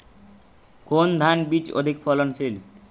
কোন ধান বীজ অধিক ফলনশীল?